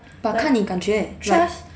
but 看你感觉